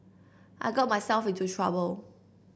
I got myself into trouble